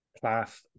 Class